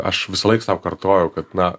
aš visąlaik sau kartojau kad na